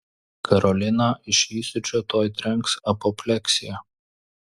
karoliną iš įsiūčio tuoj trenks apopleksija